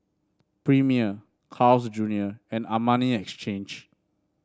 Premier Carl's Junior and Armani Exchange